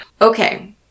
Okay